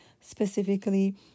Specifically